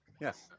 yes